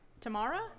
Tamara